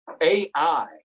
AI